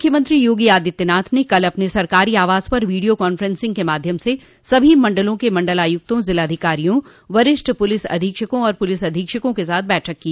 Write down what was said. मुख्यमंत्री योगी आदित्यनाथ ने कल अपने सरकारी आवास पर वीडियो कांफ्रेंसिंग के माध्यम से सभी मंडलों के मंडलायुक्तों जिलाधिकारियों वरिष्ठ पुलिस अधीक्षकों और पुलिस अधीक्षकों के साथ बैठक को